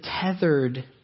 tethered